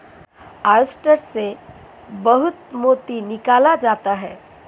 oyster से बहुत मोती निकाला जाता है